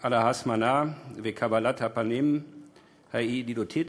על ההזמנה וקבלת הפנים הידידותית.